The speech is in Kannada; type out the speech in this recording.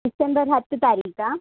ಡಿಸೆಂಬರ್ ಹತ್ತು ತಾರೀಖಾ